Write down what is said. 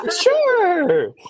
Sure